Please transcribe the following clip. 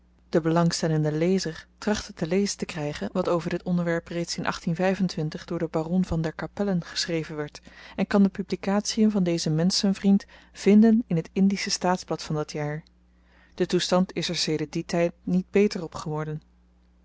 de belangstellende lezer trachte te lezen te krygen wat over dit onderwerp reeds in door den baron van der capellen geschreven werd en kan de publikatien van dezen menschenvriend vinden in het indische staatsblad van dat jaar de toestand is er sedert dien tyd niet beter op geworden